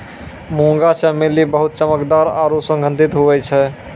मुंगा चमेली बहुत चमकदार आरु सुगंधित हुवै छै